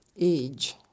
age